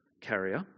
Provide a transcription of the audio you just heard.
carrier